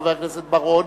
חבר הכנסת בר-און,